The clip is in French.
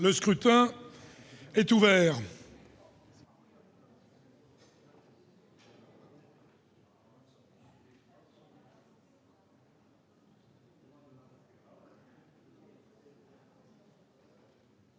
Le scrutin est ouvert.